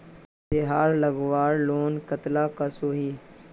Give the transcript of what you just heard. तेहार लगवार लोन कतला कसोही?